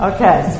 Okay